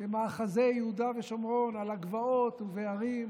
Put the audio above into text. במאחזי יהודה ושומרון על הגבעות ובהרים.